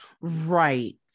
Right